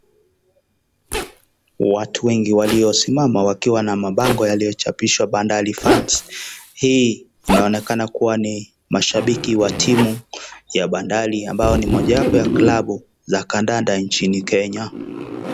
Watu wengi waliosimama wakiwa na mabango yaliyochapishwa bandari funs hii inaonekana kuwa ni mashabiki wa timu ya bandari ambayo ni mojawapo ya klabu za kandanda nchini Kenya.